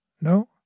No